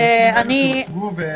אלה נושאים שהוצגו.